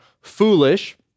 foolish